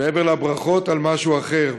מעבר לברכות, על משהו אחר: